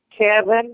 Kevin